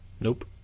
Nope